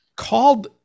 Called